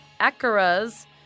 acaras